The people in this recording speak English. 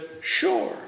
Sure